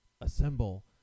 assemble